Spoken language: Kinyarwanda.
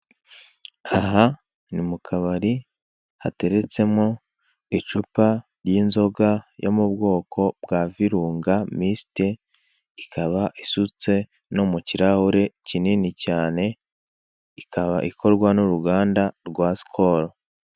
Aha ni mu kabari hateretsemo icupa ry'inzoga yo mu bwoko bwa virunga misiti. Ikaba isutse no mu kirahure kinini cyane, ikaba ikorwa n'uruganda rwa sikoro.